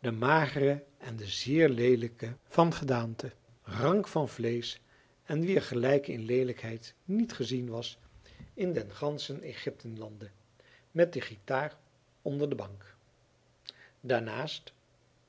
de magere ende zeer leelijke van gedaante rank van vleesche en wier gelijke in leelijkheid niet gezien was in den ganschen egyptenlande met de gitaar onder de bank daarnaast